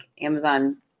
Amazon